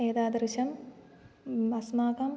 एतादृशम् अस्माकम्